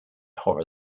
horror